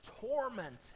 tormented